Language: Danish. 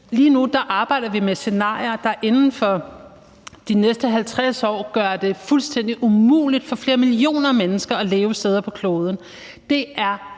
Lige nu arbejder vi med scenarier, der inden for de næste 50 år gør det fuldstændig umuligt for flere millioner mennesker at leve nogle steder på kloden.